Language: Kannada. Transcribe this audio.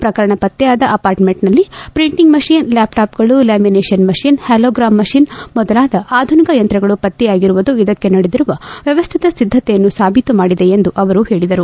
ಪ್ರಕರಣ ಪತ್ತೆಯಾದ ಅಪಾರ್ಟ್ಮೆಂಟ್ನಲ್ಲಿ ಪ್ರಿಂಟಿಂಗ್ ಮಷಿನ್ ಲ್ಯಾಪ್ಟಾಪ್ಗಳು ಲ್ಯಾಮಿನೇಷನ್ ಮಷಿನ್ ಹಾಲೋಗ್ರ ಮಷಿನ್ ಮೊದಲಾದ ಆಧುನಿಕ ಯಂತ್ರಗಳು ಪತ್ತೆಯಾಗಿರುವುದು ಇದಕ್ಕೆ ನಡೆದಿರುವ ವ್ಯವ್ಯತ ಸಿದ್ದತೆಯನ್ನು ಸಾಬೀತು ಮಾಡಿದೆ ಎಂದು ಅವರು ಹೇಳಿದರು